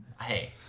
Hey